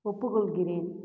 ஒப்புகொள்கிறேன்